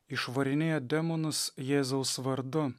išvarinėja demonus jėzaus vardu